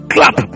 Clap